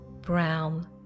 brown